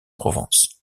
provence